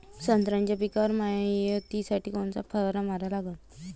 संत्र्याच्या पिकावर मायतीसाठी कोनचा फवारा मारा लागन?